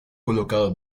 colocado